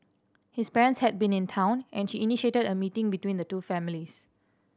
his parents had been in town and she initiated a meeting between the two families